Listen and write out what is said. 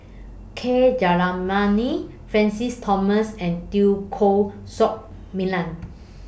K Jayamani Francis Thomas and Teo Koh Sock Miang